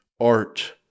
art